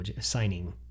signing